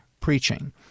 preaching